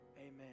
Amen